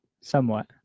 Somewhat